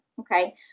Okay